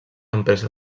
empresa